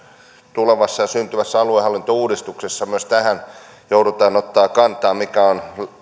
tulevassa ja syntyvässä aluehallintouudistuksessa myös tähän joudutaan ottamaan kantaa mikä on